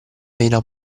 vena